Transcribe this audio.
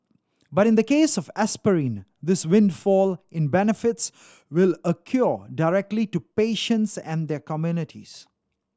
but in the case of aspirin this windfall in benefits will accrue directly to patients and their communities